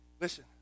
Listen